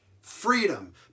freedom